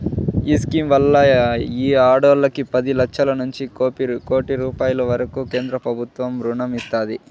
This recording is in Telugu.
ఈ స్కీమ్ వల్ల ఈ ఆడోల్లకి పది లచ్చలనుంచి కోపి రూపాయిల వరకూ కేంద్రబుత్వం రుణం ఇస్తాది